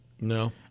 No